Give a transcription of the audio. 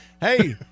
hey